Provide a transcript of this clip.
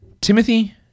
Timothy